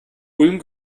ulm